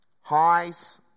Highs